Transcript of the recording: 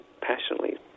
passionately